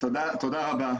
תודה רבה.